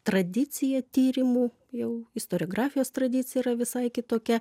tradicija tyrimų jau istoriografijos tradicija yra visai kitokia